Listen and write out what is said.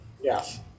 yes